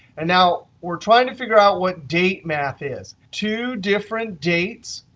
and now we're trying to figure out what date math is two different dates.